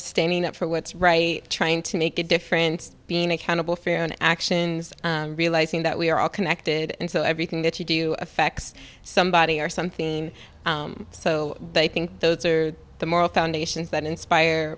standing up for what's right trying to make a difference being accountable for your own actions realizing that we're all connected and so everything that you do affects somebody or something so i think those are the moral foundations that inspire